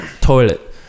toilet